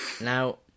Now